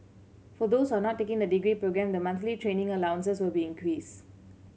for those who are not taking the degree programme the monthly training allowances will be increase